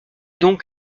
donc